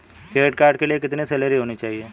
Credit card के लिए कितनी सैलरी होनी चाहिए?